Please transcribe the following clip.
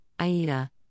Aida